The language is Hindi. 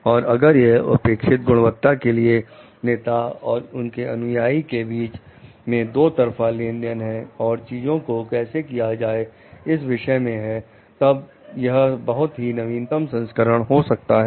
और अगर यह अपेक्षित गुणवत्ता के लिए नेता और उसके अनुयाई के बीच में दो तरफा लेन देन है और चीजों को कैसे किया जाए इस विषय में है तब यह बहुत ही नवीनतम संस्करण हो सकता है